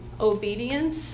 obedience